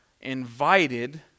invited